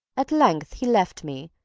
at length he left me,